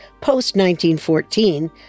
post-1914